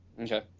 Okay